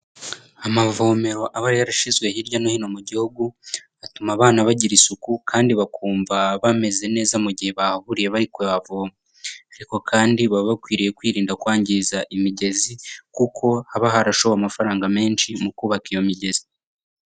Amavomero aba yarashizwe hirya no hino mu gihugu atuma abana bagira isuku kandi bakumva bameze neza mu gihe bahuriye bari kuhavoma, ariko kandi baba bakwiriye kwirinda kwangiza imigezi ,kuko haba harashowe amafaranga menshi mu kubaka iyo migezi.